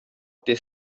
der